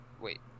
wait